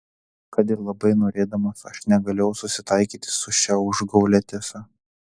kad ir labai norėdamas aš negalėjau susitaikyti su šia užgaulia tiesa